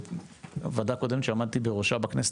בוועדה הקודמת שעמדתי בראשה בכנסת,